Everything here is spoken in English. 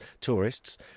tourists